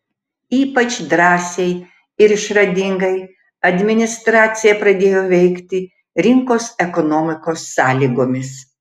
ypač drąsiai ir išradingai administracija pradėjo veikti rinkos ekonomikos sąlygomis